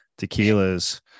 tequilas